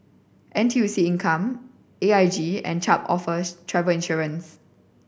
N T U C Income A I G and Chubb offer travel insurance